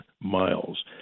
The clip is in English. miles